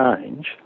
change